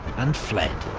and fled.